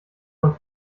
man